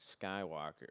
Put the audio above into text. Skywalker